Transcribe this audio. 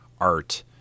art